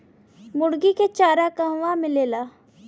मुर्गी के चारा कहवा मिलेला?